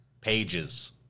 pages